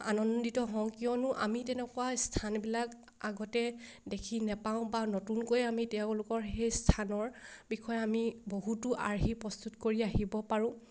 আনন্দিত হওঁ কিয়নো আমি তেনেকুৱা স্থানবিলাক আগতে দেখি নেপাওঁ বা নতুনকৈ আমি তেওঁলোকৰ সেই স্থানৰ বিষয়ে আমি বহুতো আৰ্হি প্ৰস্তুত কৰি আহিব পাৰোঁ